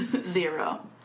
Zero